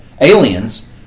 aliens